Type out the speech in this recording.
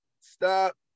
stop